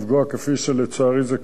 כפי שלצערי קרה,